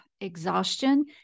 exhaustion